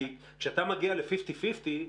כשאתה מגיע לפיפטי-פיפטי,